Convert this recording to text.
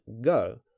go